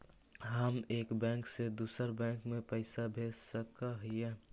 हम एक बैंक से दुसर बैंक में पैसा भेज सक हिय?